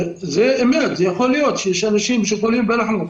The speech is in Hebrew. זו אמת, יכול להיות שיש אנשים שחולים ולא מזוהים.